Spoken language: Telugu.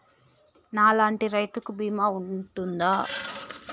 నా లాంటి రైతు కి బీమా ఉంటుందా?